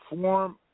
form